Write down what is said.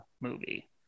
movie